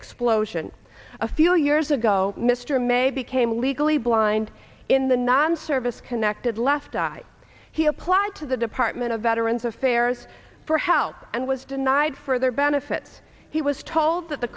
explosion a few years ago mr maybe came legally blind in the non service connected last died he applied to the department of veterans affairs for help and was denied for their benefits he was told that the